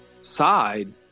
side